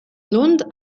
lund